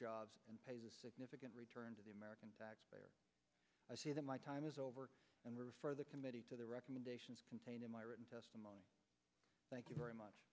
jobs and pays a significant return to the american taxpayer i say that my time is over and the committee to the recommendations contained in my written testimony thank you very much